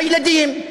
הילדים?